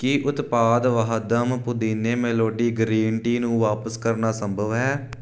ਕੀ ਉਤਪਾਦ ਵਾਹਦਮ ਪੁਦੀਨੇ melody green tea ਨੂੰ ਵਾਪਸ ਕਰਨਾ ਸੰਭਵ ਹੈ